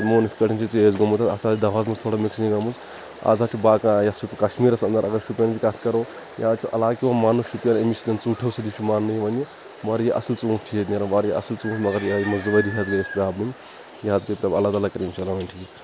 تِمو وون یتھ کٲٹھۍ یہِ چھُ تیز گوٚمُت اتھ سا آسہِ دَوہَس منٛز تھوڑا مکسنگ گٔمٕژ اَز حظ چھِ باغ یَتھ سۭتۍ کَشمِیٖرَس اَنٛدر اَکھ شُپیٖنٕچ کَتھ کَرُو یا حظ چھِ علاقہٕ یِوان مانہٕ شُپیٖن أمِی سۭتِۍ ژونٛٹھیو سۭتۍ چھُ مانہٕ یِوان یہِ واریاہ اَصٕل ژونٛٹھۍ چھِ ییٚتہِ نیران واریاہ یِمَے زٕ ؤرۍ حظ گٔے اَسہِ پرابلِم یا پیٚیہِ اَلگ اَلگ چَلاوٕنۍ ٹھیک